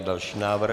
Další návrh.